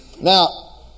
Now